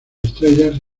estrellas